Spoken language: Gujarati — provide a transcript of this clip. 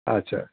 અચ્છા